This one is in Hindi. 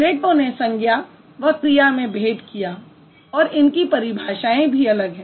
प्लेटो ने संज्ञा व क्रिया में भेद किया और इनकी परिभाषाएँ भी अलग हैं